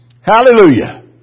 Hallelujah